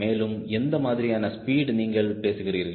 மேலும் எந்த மாதிரியான ஸ்பீடு நீங்கள் பேசுகிறீர்கள்